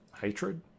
hatred